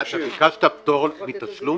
ביקשת פטור מתשלום